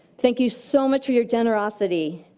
thank you so much for your generosity.